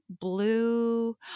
blue